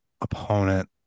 opponent